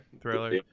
thriller